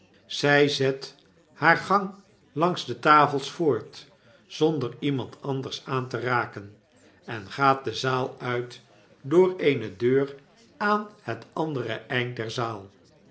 zij zet haar gang langs de tafels voort zonder iemand anders aan te raken en gaat de zaal uit door eene deur aan het andere eind der zaal